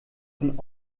von